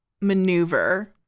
maneuver